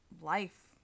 life